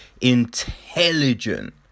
Intelligent